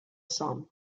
somme